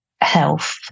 health